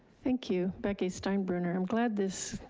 thank you, becky steinbruner. i'm glad this,